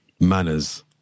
Manners